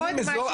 האם אזור,